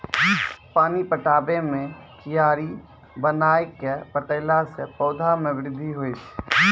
पानी पटाबै मे कियारी बनाय कै पठैला से पौधा मे बृद्धि होय छै?